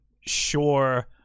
sure